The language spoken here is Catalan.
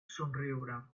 somriure